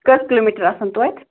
کٔژ کِلوٗمیٖٹر آسَن توتہِ